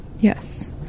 Yes